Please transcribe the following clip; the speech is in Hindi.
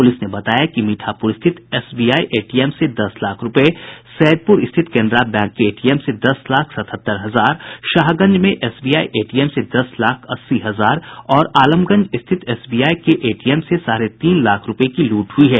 पुलिस ने बताया कि मीठापुर स्थित एसबीआई के एटीएम से दस लाख रूपये सैदपुर स्थित केनरा बैंक के एटीएम से दस लाख सतहत्तर हजार शाहगंज में एसबीआई एटीएम से दस लाख अस्सी हजार और आलमगंज स्थित एसबीआई के एटीएम से साढ़े तीन लाख रूपये की लूट हुई है